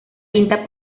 quinta